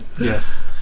yes